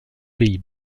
pays